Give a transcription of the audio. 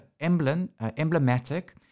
emblematic